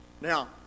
Now